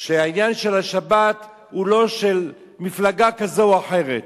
שהעניין של השבת הוא לא של מפלגה כזו או אחרת.